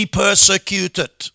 persecuted